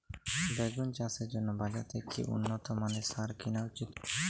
বেগুন চাষের জন্য বাজার থেকে কি উন্নত মানের সার কিনা উচিৎ?